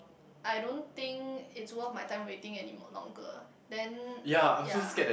I don't think it's worth my time waiting anymore longer then ya